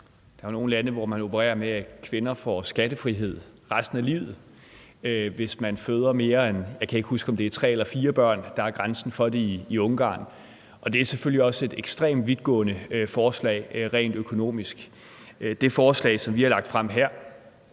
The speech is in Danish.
Der er jo nogle lande, hvor man opererer med, at kvinder får skattefrihed resten af livet, hvis man føder mere end, jeg kan ikke huske, om det er tre eller fire børn, der er grænsen for det i Ungarn; det er selvfølgelig også et ekstremt vidtgående forslag rent økonomisk. Det forslag, som vi har lagt frem her,